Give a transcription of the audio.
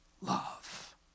love